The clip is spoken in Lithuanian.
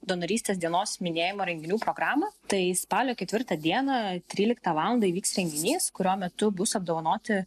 donorystės dienos minėjimo renginių programą tai spalio ketvirtą dieną tryliktą valandą įvyks renginys kurio metu bus apdovanoti